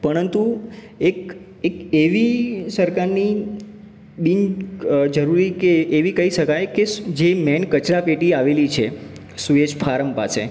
પરંતુ એક એક એવી સરકારની બિન અ જરૂરી કે એવી કહી શકાય કે જે મેઈન કચરા પેટી આવેલી છે સુએજ ફાર્મ પાસે